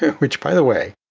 which by the way,